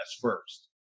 first